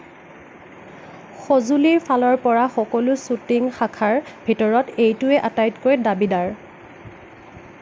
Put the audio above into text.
সঁজুলিৰ ফালৰ পৰা সকলো শ্বুটিং শাখাৰ ভিতৰত এইটোৱেই আটাইতকৈ দাবীদাৰ